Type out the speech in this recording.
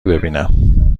ببینم